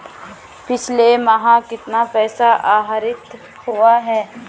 पिछले माह कितना पैसा आहरित हुआ है?